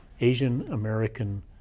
Asian-American